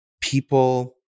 people